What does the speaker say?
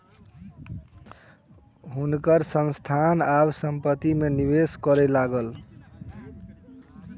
हुनकर संस्थान आब संपत्ति में निवेश करय लागल